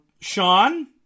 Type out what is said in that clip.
Sean